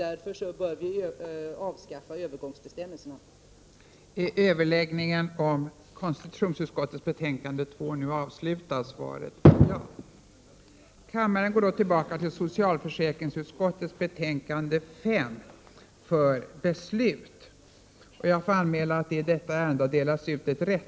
Därför bör övergångsbestämmelserna avskaffas.